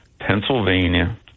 Pennsylvania